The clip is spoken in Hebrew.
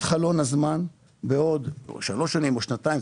חלון הזמן בעוד שלוש שנים או שנתיים,